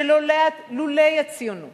כי לולא הציונות